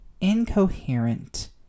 incoherent